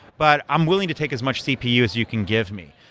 but i'm willing to take as much cpu as you can give me.